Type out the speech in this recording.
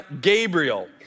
Gabriel